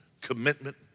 commitment